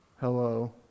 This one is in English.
Hello